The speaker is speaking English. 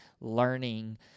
learning